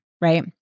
right